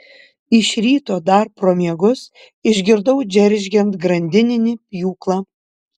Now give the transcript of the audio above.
iš ryto dar pro miegus išgirdau džeržgiant grandininį pjūklą